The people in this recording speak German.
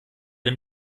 dem